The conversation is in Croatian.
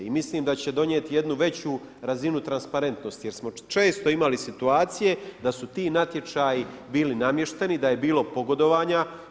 I mislim da će donijeti jednu veću razinu transparentnosti jer smo često imali situacije da su ti natječaji bili namješteni, da je bilo pogodovanja.